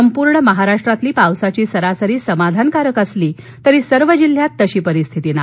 संपूर्ण महाराष्ट्रातली पावसाची सरासरी समाधानकारक असली तरी सर्व जिल्ह्यात अशी परिस्थिती नाही